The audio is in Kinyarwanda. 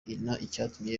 icyatumye